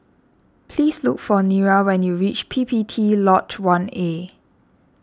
please look for Nira when you reach P P T Lodge one A